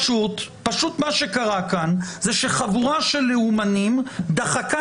פשוט מה שקרה כאן זה שחבורה של לאומנים דחקה